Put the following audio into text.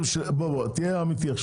תהיה אמיתי,